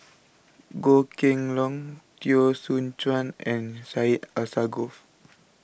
Goh Kheng Long Teo Soon Chuan and Syed Alsagoff